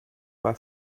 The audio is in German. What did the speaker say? bei